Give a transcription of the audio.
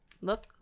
Look